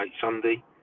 Sunday